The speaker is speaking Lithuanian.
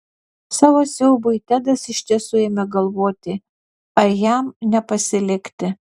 savo siaubui tedas iš tiesų ėmė galvoti ar jam nepasilikti